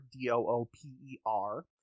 D-O-O-P-E-R